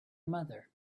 mother